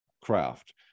craft